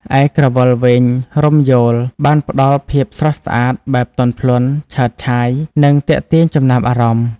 ឯក្រវិលវែងរំយោល បានផ្តល់ភាពស្រស់ស្អាតបែបទន់ភ្លន់ ឆើតឆាយ និងទាក់ទាញចំណាប់អារម្មណ៍។